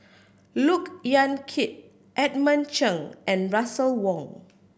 Look Yan Kit Edmund Cheng and Russel Wong